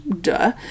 Duh